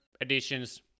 additions